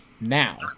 now